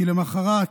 כי למוחרת,